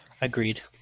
Agreed